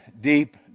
deep